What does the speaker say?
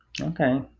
Okay